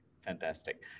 Fantastic